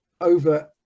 over